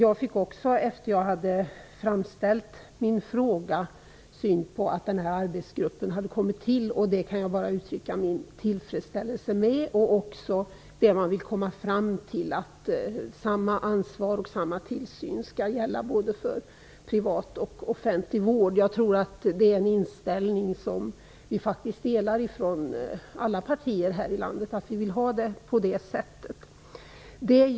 Efter det att jag hade framställt min fråga fick jag också syn på att den här arbetsgruppen hade kommit till. Jag kan bara uttrycka min tillfredsställelse över det och även över det man vill komma fram till, nämligen att samma ansvar och samma tillsyn skall gälla både för privat och offentlig vård. Jag tror att det är en inställning som alla partier här i landet delar. Vi vill ha det på det sättet.